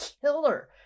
killer